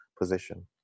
position